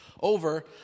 over